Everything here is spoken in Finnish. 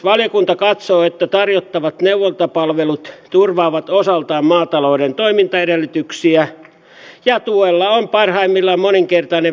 valiokunta katsoo että tarjottavat neuvontapalvelut turvaavat osaltaan maatalouden toimintaedellytyksiä ja tuella on parhaimmillaan moninkertainen vipuvaikutus